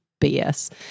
BS